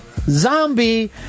zombie